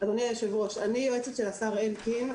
אדוני היושב-ראש, אני יועצת של השר אלקין.